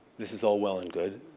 this is all well and good.